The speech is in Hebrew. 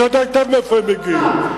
אתה יודע היטב מאיפה הם מגיעים.